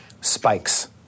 spikes